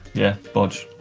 yeah, bodge.